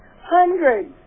hundreds